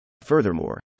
Furthermore